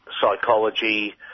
psychology